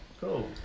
cool